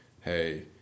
Hey